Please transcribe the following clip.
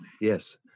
Yes